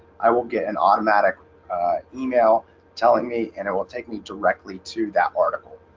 i will get an automatic email telling me and it will take me directly to that article.